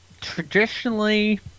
traditionally